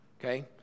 okay